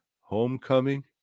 Homecoming